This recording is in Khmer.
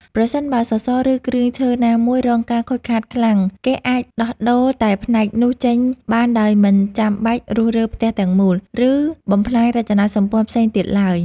ប្រសិនបើសសរ ឬគ្រឿងឈើណាមួយរងការខូចខាតខ្លាំង គេអាចដោះដូរតែផ្នែកនោះចេញបានដោយមិនចាំបាច់រុះរើផ្ទះទាំងមូល ឬបំផ្លាញរចនាសម្ព័ន្ធផ្សេងទៀតឡើយ។